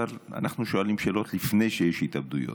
אנחנו שואלים שאלות לפני שיש התאבדויות.